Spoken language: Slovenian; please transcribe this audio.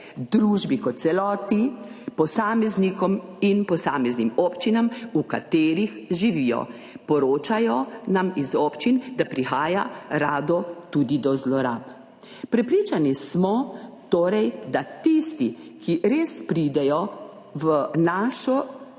družbi kot celoti, posameznikom in posameznim občinam, v katerih živijo. Poročajo nam iz občin, da rado prihaja tudi do zlorab. Prepričani smo torej, da tisti, ki res pridejo v našo